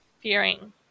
fearing